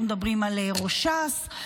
אנחנו מדברים על ראש ש"ס.